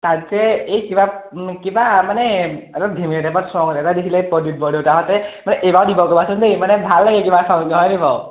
তাকে এই কিবা কিবা মানে অলপ ধেমেলীয়া টাইপত এটা দেখিলে বৰদেউতাঁতে মানে এইবাৰো দিব ক'বাচোন দেই মানে ভাল লাগে কিবা চাবলৈ হয় নাই বাৰু